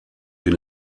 den